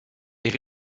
est